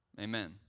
Amen